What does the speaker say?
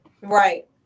Right